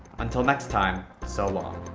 until next time, so long.